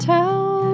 Tell